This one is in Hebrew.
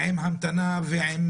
ועם